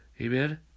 Amen